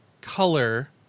color